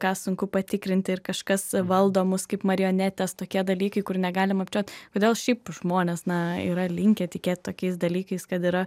ką sunku patikrinti ir kažkas valdo mus kaip marionetes tokie dalykai kur negalim apčiuopt kodėl šiaip žmonės na yra linkę tikėt tokiais dalykais kad yra